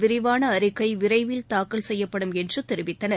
விரிவான அறிக்கை விரைவில் தாக்கல் செய்யப்படும் என்று தெரிவித்தனர்